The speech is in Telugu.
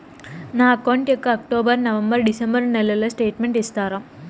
నా అకౌంట్ యొక్క అక్టోబర్, నవంబర్, డిసెంబరు నెలల స్టేట్మెంట్ ఇస్తారా?